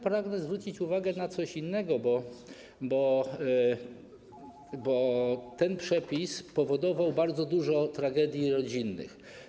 Pragnę zwrócić uwagę na jeszcze coś innego, bo ten przepis powodował bardzo dużo tragedii rodzinnych.